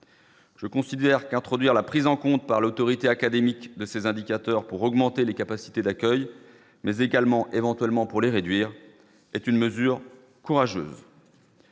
Je considère qu'introduire la prise en compte par l'autorité académique de ces indicateurs pour augmenter les capacités d'accueil mais également éventuellement pour les réduire, est une mesure courageuse.